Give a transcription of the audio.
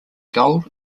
goal